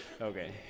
okay